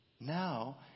Now